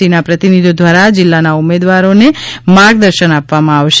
સીના પ્રતિનિધિઓ દ્વારા જીલ્લાના ઉમેદવારોને માર્ગદર્શન આપવામાં આવશે